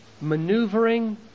maneuvering